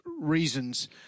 reasons